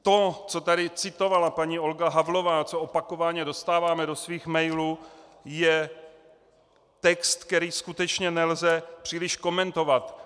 To, co tady citovala paní Olga Havlová, co opakovaně dostáváme do svých mailů, je text, který skutečně nelze příliš komentovat.